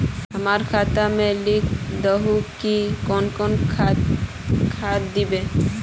हमरा खाता में लिख दहु की कौन कौन खाद दबे?